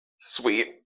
sweet